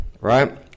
right